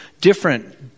different